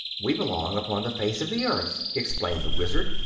we belong upon the face of the earth, explained the wizard,